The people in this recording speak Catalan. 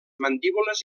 mandíbules